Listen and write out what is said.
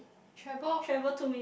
travel